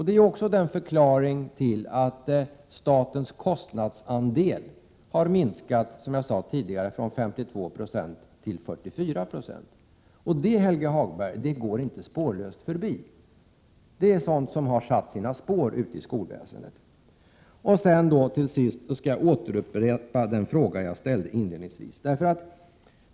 Det är också en förklaring till att statens kostnadsandel har, som jag sade tidigare, minskat från 52 9 till 44 20. Detta, Helge Hagberg, går inte skolan spårlöst förbi. Det har haft sina effekter på skolväsendet. Till sist skall jag upprepa den fråga som jag ställde inledningsvis.